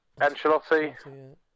Ancelotti